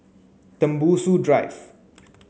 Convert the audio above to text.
Tembusu Drive